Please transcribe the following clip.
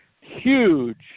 huge